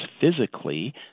physically